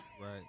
right